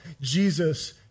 Jesus